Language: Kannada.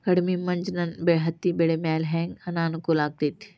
ಕಡಮಿ ಮಂಜ್ ನನ್ ಹತ್ತಿಬೆಳಿ ಮ್ಯಾಲೆ ಹೆಂಗ್ ಅನಾನುಕೂಲ ಆಗ್ತೆತಿ?